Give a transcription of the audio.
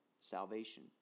salvation